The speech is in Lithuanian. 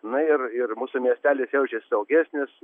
na ir ir mūsų miestelis jaučiasi saugesnis